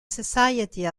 society